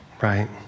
right